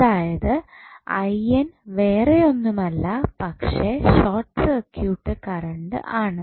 അതായത് വേറെ ഒന്നുമല്ല പക്ഷേ ഷോർട്ട് സർക്യൂട്ട് കറണ്ട് ആണ്